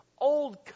Old